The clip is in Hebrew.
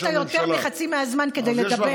אתה לקחת יותר מחצי מהזמן כדי לדבר.